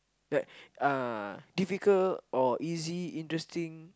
like uh difficult or easy interesting